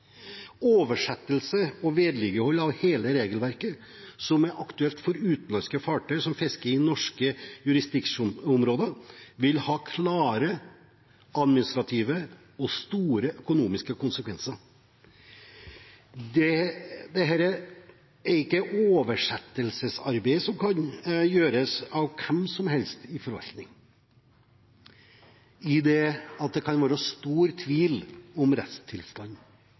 Oversettelse og vedlikehold av hele regelverket som er aktuelt for utenlandske fartøy som fisker i norsk jurisdiksjonsområde, vil ha klare administrative og store økonomiske konsekvenser. Det er ikke et oversettelsesarbeid som kan gjøres av hvem som helst i forvaltningen, da det kan være stor tvil om rettstilstanden.